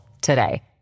today